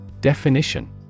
Definition